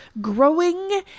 growing